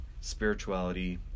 spirituality